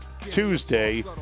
tuesday